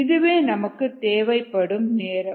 இதுவே நமக்கு தேவைப்படும் நேரம்